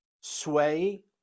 sway